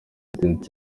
etincelles